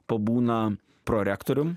pabūna prorektorium